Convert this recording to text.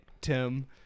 Tim